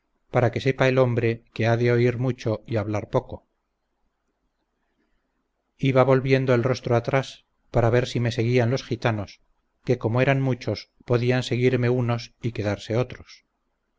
para que sepa el hombre que ha de oír mucho y hablar poco iba volviendo el rostro atrás para ver si me seguían los gitanos que como eran muchos podían seguirme unos y quedarse otros